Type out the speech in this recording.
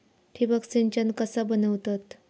ठिबक सिंचन कसा बनवतत?